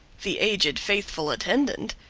the aged faithful attendant,